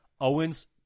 Owens